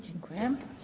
Dziękuję.